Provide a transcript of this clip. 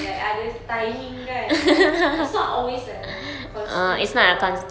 like other timing kan like it's not always like a constant err